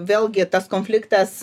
vėlgi tas konfliktas